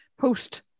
post